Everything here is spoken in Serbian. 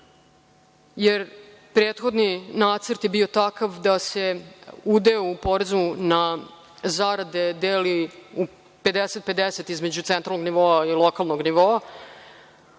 jer prethodni nacrt je bio takav da se udeo u porezu na zarade deli 50:50 između centralnog nivoa i lokalnog nivoa. Želeli